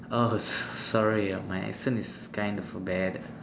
oh so~ sorry my accent is kind of bad